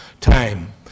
time